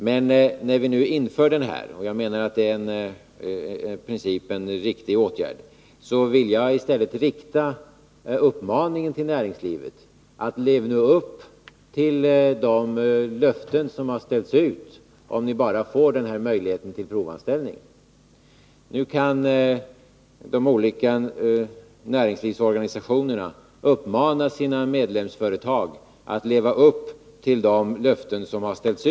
Men när vi nu vidtar denna i princip riktiga åtgärd, vill jag rikta en uppmaning till näringslivet: Lev nu upp till de löften som har ställts ut! Genom förslaget ges den begärda möjligheten till provanställning, så nu kan de olika näringslivsorganisationerna uppmana sina medlemsföretag att hålla de löften som har givits.